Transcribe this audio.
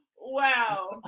Wow